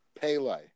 Pele